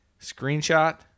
screenshot